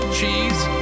Cheese